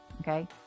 Okay